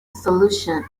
solution